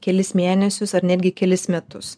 kelis mėnesius ar netgi kelis metus